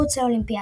מחוץ לאולימפיאדה.